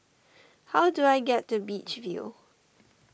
how do I get to Beach View